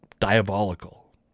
diabolical